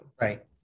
Right